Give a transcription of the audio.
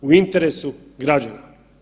U interesu građana.